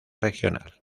regional